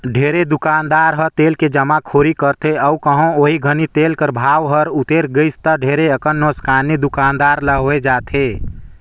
ढेरे दुकानदार ह तेल के जमाखोरी करथे अउ कहों ओही घनी तेल कर भाव हर उतेर गइस ता ढेरे अकन नोसकानी दुकानदार ल होए जाथे